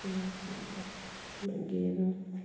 मागीर